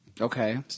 Okay